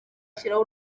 ashyiraho